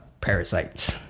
parasites